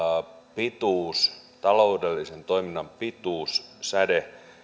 pituus taloudellisen toiminnan pituussäde